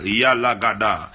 yalagada